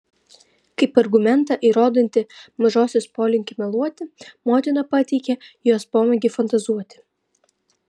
kaip argumentą įrodantį mažosios polinkį meluoti motina pateikė jos pomėgį fantazuoti